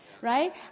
right